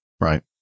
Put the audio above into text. Right